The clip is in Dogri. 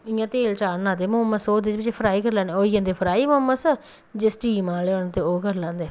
इ'यां तेल चाढ़ना ते मोमोस ओह्दे बिच्च फ्राई करी लैने होई जंदे फ्राई मोमोस ते जे स्टीम आह्ले होन ते